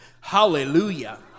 Hallelujah